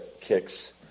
kicks